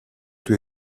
tue